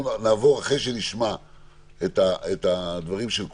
לאחר שנשמע את הדברים של כולם,